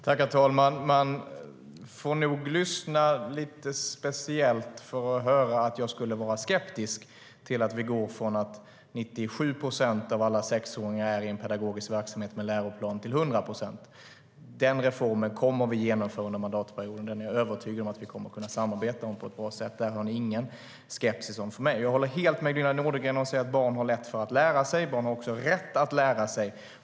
STYLEREF Kantrubrik \* MERGEFORMAT Svar på interpellationerJag håller helt med Gunilla Nordgren när hon säger att barn har lätt för att lära sig och att de har rätt att lära sig.